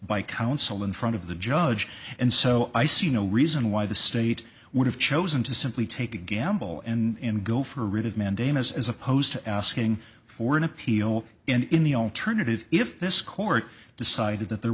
by counsel in front of the judge and so i see no reason why the state would have chosen to simply take a gamble and go for a writ of mandamus as opposed to asking for an appeal in the alternative if this court decided that there